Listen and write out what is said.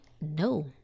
No